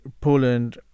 Poland